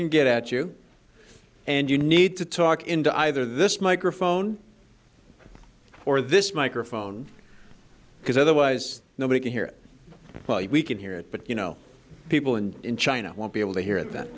can get at you and you need to talk into either this microphone or this microphone because otherwise nobody can hear it we can hear it but you know people in china won't be able to hear that